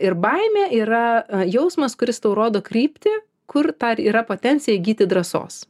ir baimė yra jausmas kuris tau rodo kryptį kur dar yra potencija įgyti drąsos